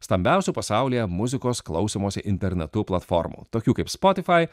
stambiausių pasaulyje muzikos klausymosi internetu platformų tokių kaip spotify